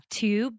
two